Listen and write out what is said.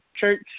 church